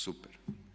Super.